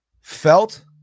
felt